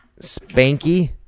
Spanky